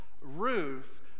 Ruth